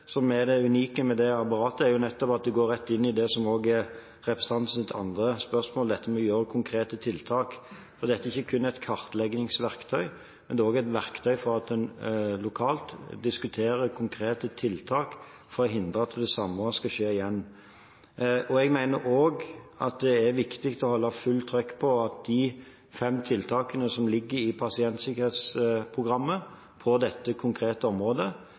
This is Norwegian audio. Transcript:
som er det unike med det apparatet, er jo nettopp at det går rett inn i det som òg er representantens andre spørsmål, nemlig det å gjøre konkrete tiltak. For dette er ikke kun et kartleggingsverktøy. Det er òg et verktøy for at en lokalt diskuterer konkrete tiltak for å hindre at det samme skal skje igjen. Jeg mener òg at det er viktig å holde full trøkk på de fem tiltakene som ligger i pasientsikkerhetsprogrammet på dette konkrete området.